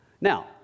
Now